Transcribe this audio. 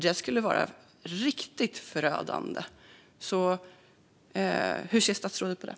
Det skulle vara riktigt förödande. Hur ser statsrådet på det?